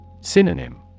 Synonym